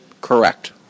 correct